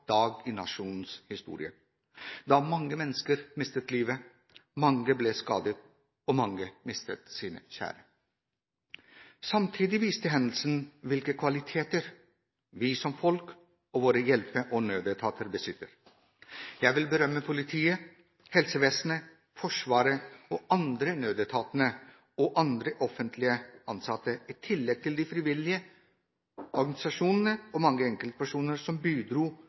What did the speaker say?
dag i nasjonens historie: Mange mennesker mistet livet, mange ble skadet, og mange mistet sine kjære. Samtidig viste hendelsen hvilke kvaliteter vi som folk, og våre hjelpe- og nødetater, besitter. Jeg vil berømme politiet, helsevesenet, Forsvaret og andre nødetater og offentlig ansatte, i tillegg til de frivillige organisasjonene og mange enkeltpersoner som